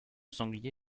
sanglier